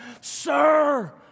sir